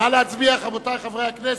נא להצביע, רבותי חברי הכנסת.